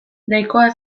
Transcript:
nahikoa